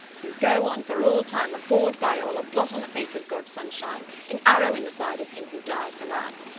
we go on for all time abhorred by all a blot on the face of god's sunshine an arrow in the side of him who died for man.